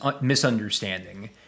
misunderstanding